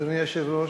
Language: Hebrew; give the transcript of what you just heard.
אדוני היושב-ראש,